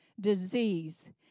disease